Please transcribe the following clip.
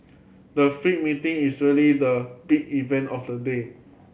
the Feed meeting is really the big event of the day